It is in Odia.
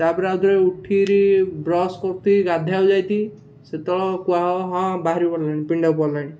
ତା'ପରେ ଆଉ ଥରେ ଉଠି ବ୍ରଶ କରୁଥିଲି ଗାଧୋଇବାକୁ ଯାଇଥିବି ସେତେବେଳେ କୁହା ହେବ ହଁ ବାହାରି ପଡ଼ିଲାଣି ପିଣ୍ଡାକୁ ପଡ଼ିଲାଣି